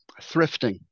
thrifting